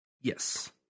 Yes